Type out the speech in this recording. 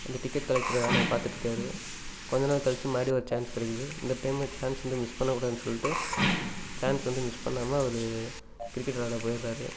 அந்த ticket collector வேலையை பார்த்துட்டு இருக்கார் கொஞ்ச நாள் கழிச்சு மறுபடியும் ஒரு சான்ஸ் கிடக்குது இந்த டைம் சான்ஸ் வந்து மிஸ் பண்ணக்கூடாதுன்னு சொல்லிட்டு சான்ஸ் வந்து மிஸ் பண்ணாம அவர் கிரிக்கெட் விளையாட போயிட்றார்